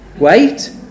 wait